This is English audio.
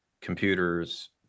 computers